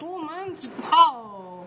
two months how